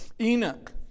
Enoch